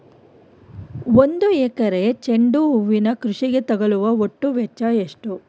ಒಂದು ಎಕರೆ ಚೆಂಡು ಹೂವಿನ ಕೃಷಿಗೆ ತಗಲುವ ಒಟ್ಟು ವೆಚ್ಚ ಎಷ್ಟು?